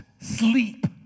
sleep